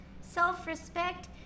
self-respect